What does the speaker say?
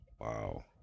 Wow